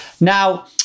Now